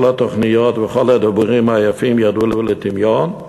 כל התוכניות וכל הדיבורים היפים ירדו לטמיון.